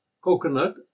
coconut